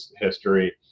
history